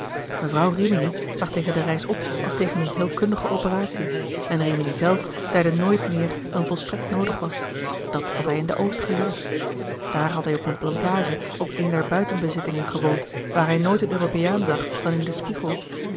mevrouw rimini zag tegen de reis op als tegen eene heelkundige operatie en rimini zelf zeide nooit meer dan volstrekt noodig was dat had hij in de oost geleerd daar had hij op eene plantage op eene der buitenbezittingen gewoond waar hij nooit een europeaan zag dan in den spiegel